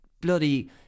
bloody